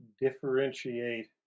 differentiate